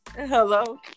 Hello